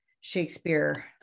Shakespeare